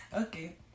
Okay